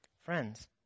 Friends